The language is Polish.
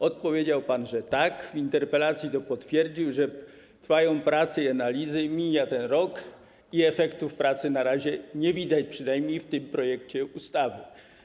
Odpowiedział pan, że tak, w interpelacji to potwierdził, że trwają prace i analizy i mija ten rok i efektów pracy na razie nie widać, przynajmniej w tym projekcie ustawy.